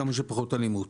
כמה שפחות אלימות.